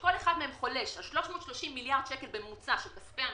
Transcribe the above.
שכל אחד מהם חולש על 330 מיליארד שקל בממוצע של כספי עמיתים,